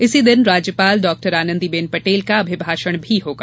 इसी दिन राज्यपाल डह आनंदीबेन पटेल का अभिभाषण भी होगा